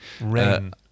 Rain